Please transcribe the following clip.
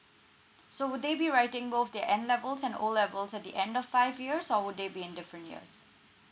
so would they be writing both the N levels and O levels at the end of five years or would they be in different years